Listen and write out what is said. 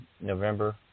November